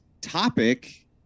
topic